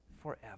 forever